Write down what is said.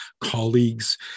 colleagues